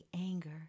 anger